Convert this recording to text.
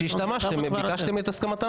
כשהשתמשתם ביקשתם את הסכמת?